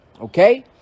Okay